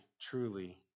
truly